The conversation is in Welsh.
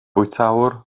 bwytäwr